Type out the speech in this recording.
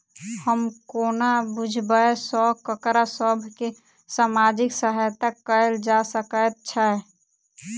हम कोना बुझबै सँ ककरा सभ केँ सामाजिक सहायता कैल जा सकैत छै?